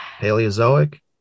Paleozoic